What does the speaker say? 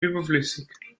überflüssig